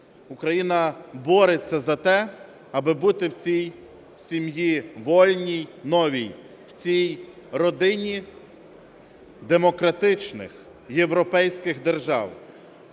Україна бореться за те, аби бути в цій сім'ї вольній, новій, в цій родині демократичних європейських держав.